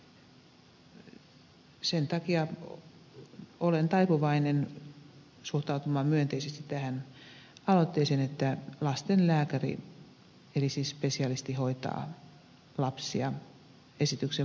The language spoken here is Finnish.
sen takia olen taipuvainen suhtautumaan myönteisesti tähän aloitteeseen että lastenlääkäri eli siis spesi alisti hoitaa lapsia esityksen mukaisesti